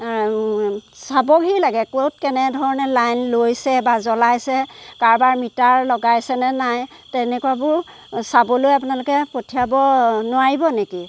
চাবহি লাগে ক'ত কেনেধৰণে লাইন লৈছে বা জ্বলাইছে কাৰোবাৰ মিটাৰ লগাইছে নে নাই তেনে ঘৰবোৰ চাবলৈ আপোনালোকে পঠিয়াব নোৱাৰিব নেকি